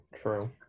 True